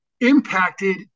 impacted